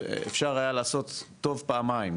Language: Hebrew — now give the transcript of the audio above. אפשר היה לעשות טוב פעמיים,